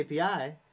API